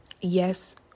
yes